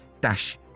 dash